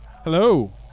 Hello